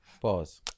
Pause